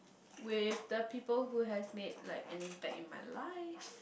with the people who has made like an impact in my life